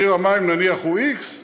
מחיר המים נניח הוא X,